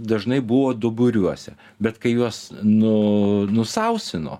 dažnai buvo duburiuose bet kai juos nu nusausino